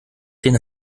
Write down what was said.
den